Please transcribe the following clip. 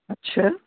अच्छा